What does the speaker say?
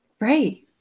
Right